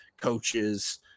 coaches